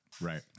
Right